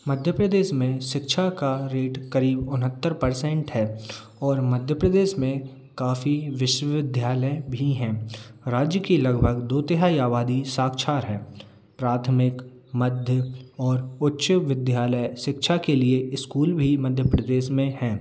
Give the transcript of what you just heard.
मध्य प्रदेश में शिक्षा का रेट करीब उनहत्तर परशेंट है और मध्य प्रदेश में काफ़ी विश्वविद्यालय भी हैं राज्य की लगभग दो तिहाई आबादी साक्षर है प्राथमिक मध्य और उच्च विद्यालय शिक्षा के लिए स्कूल भी मध्य प्रदेश में हैं